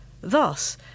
Thus